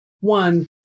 one